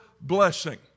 blessing